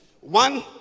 One